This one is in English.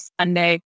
Sunday